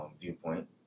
viewpoint